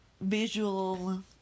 visual